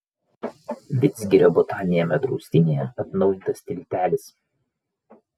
vidzgirio botaniniame draustinyje atnaujintas tiltelis